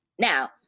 Now